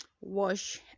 wash